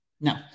No